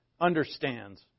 understands